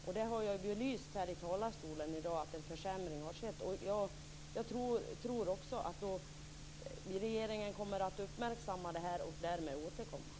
Jag har belyst här i talarstolen i dag att en försämring har skett, och jag tror att regeringen kommer att uppmärksamma det och därmed återkomma.